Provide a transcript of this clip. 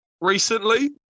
recently